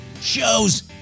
shows